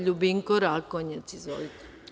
LJubinko Rakonjac, izvolite.